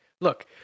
look